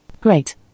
Great